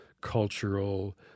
cultural